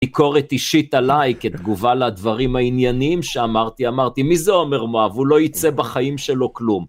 ביקורת אישית עליי כתגובה לדברים העניינים שאמרתי אמרתי מי זה עומר מואב הוא לא ייצא בחיים שלו כלום